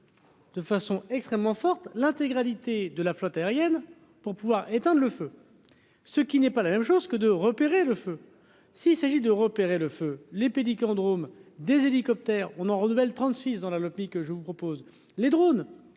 De façon extrêmement forte, l'intégralité de la flotte aérienne pour pouvoir éteindre le feu, ce qui n'est pas la même chose que de repérer le feu s'il s'agit de repérer le feu, les pays qui ont Drôme des hélicoptères on on renouvelle dans la que je vous propose les drônes